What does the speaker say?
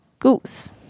Goose